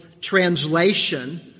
translation